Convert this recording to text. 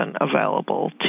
available